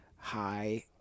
high